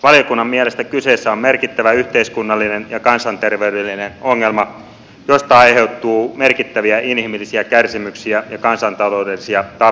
valiokunnan mielestä kyseessä on merkittävä yhteiskunnallinen ja kansanterveydellinen ongelma josta aiheutuu merkittäviä inhimillisiä kärsimyksiä ja kansantaloudellisia tappioita